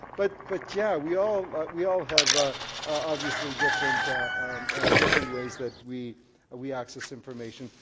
but but yeah we all we all have ah obviously different different ways that we we access information.